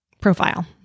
profile